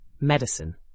Medicine